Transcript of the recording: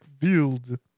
field